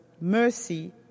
mercy